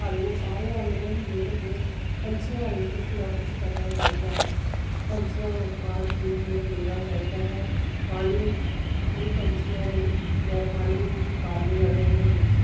ਸਾਨੂੰ ਸਾਰਿਆਂ ਨੂੰ ਮਿਲ ਕੇ ਪੰਛੀਆਂ ਲਈ ਕੁਛ ਨਾ ਕੁਛ ਕਰਨਾ ਚਾਹੀਦਾ ਹੈ ਪੰਛੀਆਂ ਨੂੰ ਖਾਣ ਪੀਣ ਨੂੰ ਦੇਣਾ ਚਾਹੀਦਾ ਹੈ ਪਾਣੀ ਕਈ ਪੰਛੀਆਂ ਨੂੰ ਮੈਂ ਪਾਣੀ ਵੀ ਪਾਉਂਦੀ ਹਾਂ ਡੌਂਗੇ ਵਿੱਚ